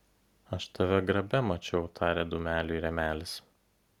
aš tave grabe mačiau tarė dūmeliui rėmelis